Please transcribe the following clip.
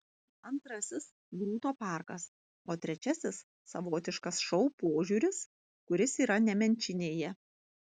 antrasis grūto parkas o trečiasis savotiškas šou požiūris kuris yra nemenčinėje